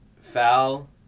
foul